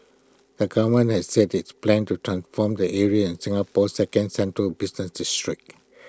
the government has said its plans to transform the area in Singapore second central business district